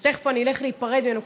אז תכף אני אלך להיפרד ממנו.